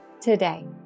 today